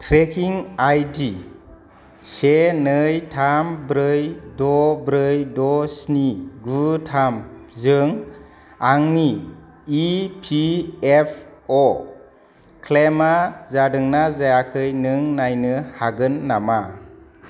trekking ID से नै थाम ब्रै द' ब्रै द' स्नि गु थामजों आंनि इपिएफअ क्लेमा जादोंना जायाखै नों नायनो हागोन नामा